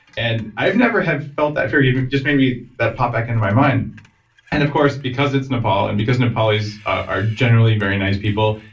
and i've never had felt that fear, you know just made me, that popped back into my mind and of course, because it's nepal and because nepalis are generally very nice people,